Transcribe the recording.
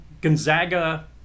Gonzaga